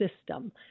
system